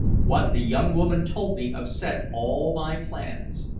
what the young woman told me upset all my plans.